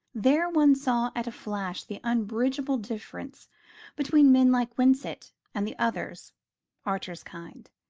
there one saw at a flash the unbridgeable difference between men like winsett and the others archer's kind.